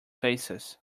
faces